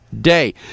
day